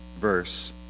verse